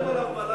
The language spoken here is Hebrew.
היטב היטב.